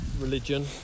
religion